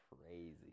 crazy